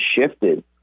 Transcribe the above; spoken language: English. shifted